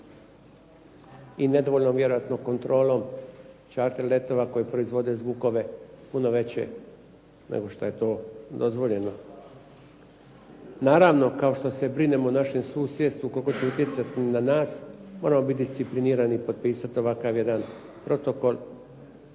i nedovoljnom kontrolom Čarter letova koji proizvode zvukove puno veće nego što je to dozvoljeno. Naravno kao što se brinemo o našem susjedstvu koliko će utjecati na nas, moramo biti disciplinirani i potpisati ovakav jedan protokol